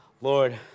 Lord